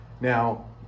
Now